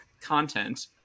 content